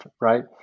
right